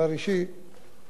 לא ערבים,